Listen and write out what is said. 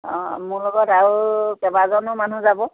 অঁ মোৰ লগত আৰু কেইবাজনো মানুহ যাব